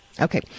Okay